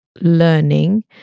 learning